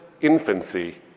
infancy